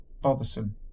Bothersome